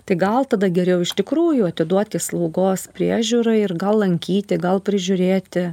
tai gal tada geriau iš tikrųjų atiduoti į slaugos priežiūrą ir gal lankyti gal prižiūrėti